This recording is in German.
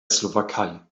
slowakei